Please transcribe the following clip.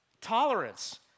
tolerance